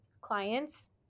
clients